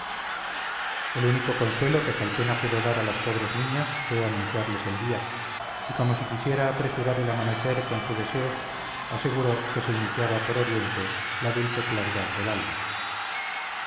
el único consuelo que calpena pudo dar a las pobres niñas fue anunciarles el día y como si quisiera apresurar el amanecer con su deseo aseguro que se iniciaba por oriente la dulce claridad del alba